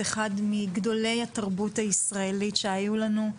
אחד מגדולי התרבות הישראלית שהיו לנו,